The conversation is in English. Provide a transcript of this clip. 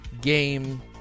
game